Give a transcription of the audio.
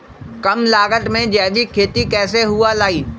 कम लागत में जैविक खेती कैसे हुआ लाई?